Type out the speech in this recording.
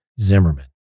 Zimmerman